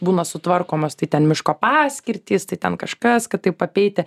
būna sutvarkomos tai ten miško paskirtys tai ten kažkas kad taip apeiti